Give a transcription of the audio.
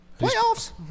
Playoffs